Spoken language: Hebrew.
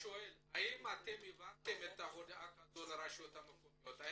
במיפוי שמעבירות לנו הרשויות המקומיות קושי גדול שעולה